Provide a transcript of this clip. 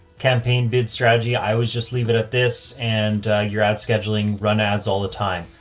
campaign bid strategy. i was just leave it at this and ah, your ad scheduling run ads all the time.